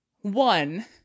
one